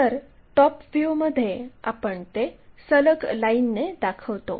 तर टॉप व्ह्यूमध्ये आपण ते सलग लाईनने दाखवतो